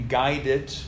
guided